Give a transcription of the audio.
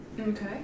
Okay